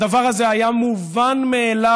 הדבר הזה היה מובן מאליו,